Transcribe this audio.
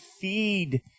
feed